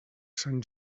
sant